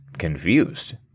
confused